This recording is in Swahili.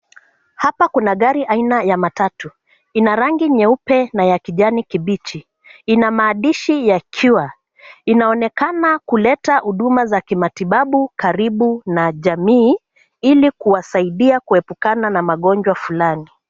Hapa kuna gari aina ya matatu ina rangu nyeupe na ya kijani kibichi inamaandishi ya cure inaonekana kuleta matibabu karibu na jamii ili kuwasaidia kuepukana na magonjwa flani.